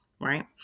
right